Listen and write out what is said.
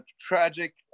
tragic